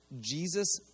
Jesus